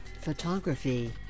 photography